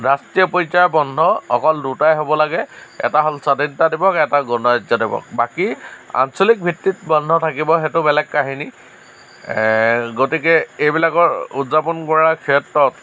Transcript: ৰাষ্ট্ৰীয় পৰ্য্য়ায়ৰ বন্ধ অকল দুটাই হ'ব লাগে এটা হ'ল স্ৱাধীনতা দিৱস এটা গণৰাজ্য দিৱস বাকী আঞ্চলিকভিত্তিত বন্ধ থাকিব সেইটো বেলেগ কহিনী গতিকে এইবিলাকৰ উদযাপন কৰাৰ ক্ষেত্ৰত